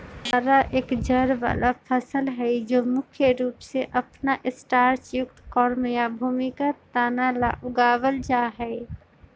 तारा एक जड़ वाला फसल हई जो मुख्य रूप से अपन स्टार्चयुक्त कॉर्म या भूमिगत तना ला उगावल जाहई